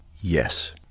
Yes